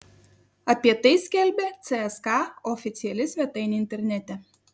apie tai skelbia cska oficiali svetainė internete